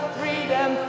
freedom